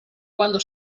quando